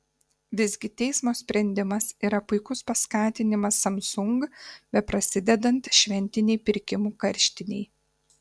visgi teismo sprendimas yra puikus paskatinimas samsung beprasidedant šventinei pirkimų karštinei